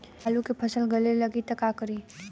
आलू के फ़सल गले लागी त का करी?